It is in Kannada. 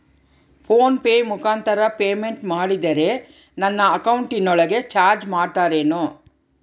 ಫೋನ್ ಪೆ ಮುಖಾಂತರ ಪೇಮೆಂಟ್ ಮಾಡಿದರೆ ನನ್ನ ಅಕೌಂಟಿನೊಳಗ ಚಾರ್ಜ್ ಮಾಡ್ತಿರೇನು?